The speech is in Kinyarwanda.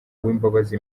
uwimbabazi